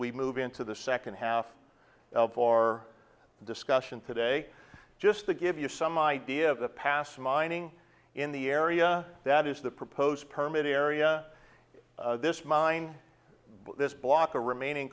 we move into the second half of our discussion today just to give you some idea of the past mining in the area that is the proposed permit area this mine this block the remaining